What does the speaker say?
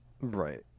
Right